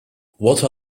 what